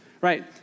right